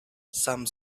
some